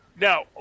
Now